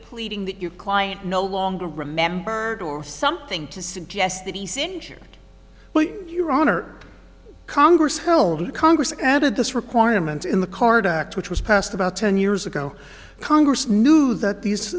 pleading that your client no longer remembered or something to suggest that he's injured but your honor congress held congress added this requirement in the card act which was passed about ten years ago congress knew that these